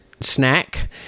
snack